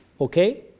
okay